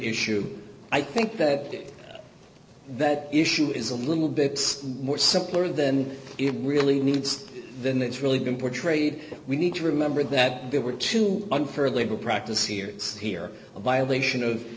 issue i think that that issue is a little bit more simpler than it really needs than it's really been portrayed we need to remember that there were two unfair labor practice here is here a violation of